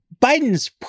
Biden's